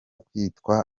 kwitwa